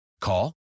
call